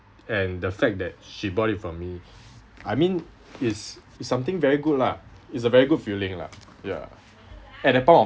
and the fact that she bought it for me I mean it's it's something very good lah it's a very good feeling lah ya at that point of